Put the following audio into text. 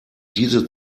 diese